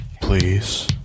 please